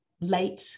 late